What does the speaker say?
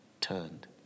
turned